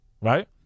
right